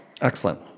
Excellent